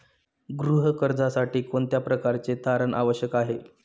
गृह कर्जासाठी कोणत्या प्रकारचे तारण आवश्यक आहे?